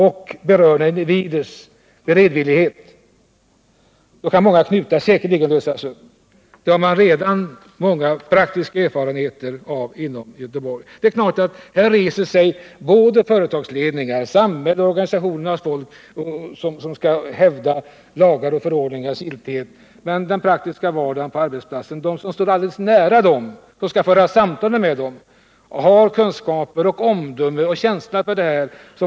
Med berörda individers beredvillighet kan många knutar säkerligen lösas upp. Här reser sig säkert en del företagsledningar, samhällets och organisationernas folk för att hävda lagars och förordningars giltighet. Men de som står nära och skall föra samtalen med människorna i den praktiska vardagen på arbetsplatserna har kunskaper, omdöme och känsla för detta.